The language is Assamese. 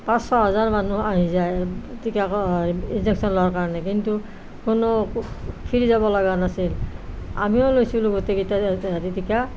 পাঁচ ছহেজাৰ মানুহ আহি যায় টীকাকৰণ ইঞ্জেকশ্যনৰ কাৰণে কিন্তু কোনো ফিৰি যাব লগা নাছিল আমিও লৈছিলোঁ গোটেইকেইটাৰে হেৰি টীকা